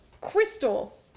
Crystal